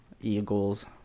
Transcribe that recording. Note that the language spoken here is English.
Eagles